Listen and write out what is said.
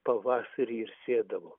pavasarį ir sėdavo